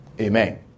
Amen